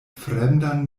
fremdan